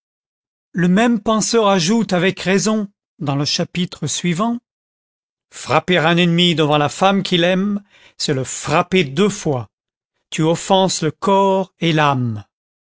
le même penseur ajoute avec raison dans le chapitre suivant frapper un ennemi devant la femme qu'il aime c'est le frapper deux fois tu offenses le corps et l'âme